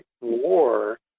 war